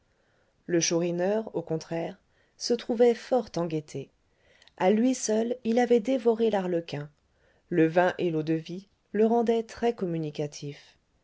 le chourineur au contraire se trouvait fort en gaieté à lui seul il avait dévoré l'arlequin le vin et l'eau-de-vie le rendaient